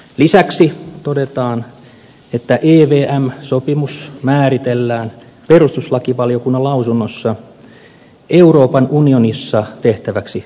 lisäksi todetaan että evm sopimus määritellään perustuslakivaliokunnan lausunnossa euroopan unionissa tehtäväksi päätökseksi